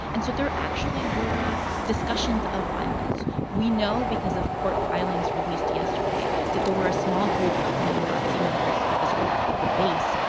and so there actually were discussions of violence. we know because of court filings released yesterday that there were a small group of neo-nazi members of this group called the base,